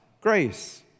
grace